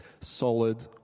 solid